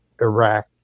Iraq